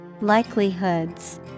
likelihoods